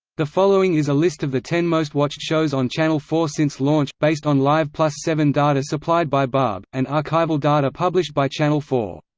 the following is a list of the ten most watched shows on channel four since launch, based on live seven data supplied by barb, and archival data published by channel four.